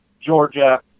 Georgia